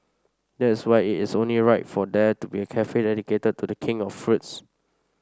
that is why it is only right for there to be a cafe dedicated to the king of fruits